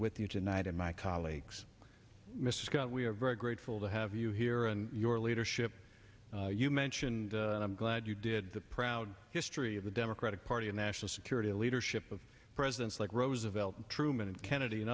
with you tonight and my colleagues miscount we are very grateful to have you here and your leadership you mentioned and i'm glad you did the proud history of the democratic party and national security leadership of presidents like roosevelt truman and kennedy and